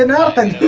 and happened